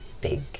big